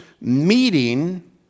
meeting